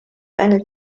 eine